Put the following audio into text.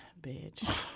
Bitch